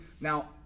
Now